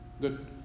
Good